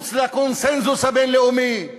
מחוץ לקונסנזוס הבין-לאומי?